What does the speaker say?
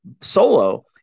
solo